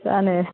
जानो